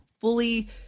fully